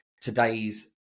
today's